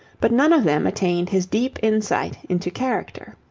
but none of them attained his deep insight into character.